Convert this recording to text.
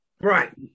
Right